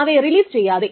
അവയെ റിലീസ് ചെയ്യാതെ